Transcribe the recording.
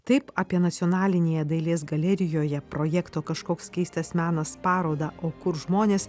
taip apie nacionalinėje dailės galerijoje projekto kažkoks keistas menas parodą o kur žmonės